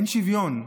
אין שוויון,